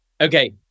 Okay